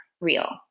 real